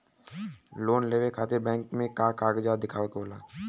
Loan लेवे खातिर bank मे का कागजात दिखावे के होला?